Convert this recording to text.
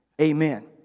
Amen